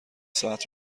ساعت